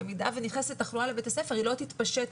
במידה שנכנסת תחלואה לבית הספר היא לא תתפשט.